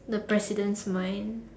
the presidents mind